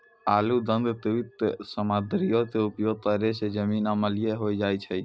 आरु गंधकयुक्त सामग्रीयो के उपयोग करै से जमीन अम्लीय होय जाय छै